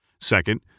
Second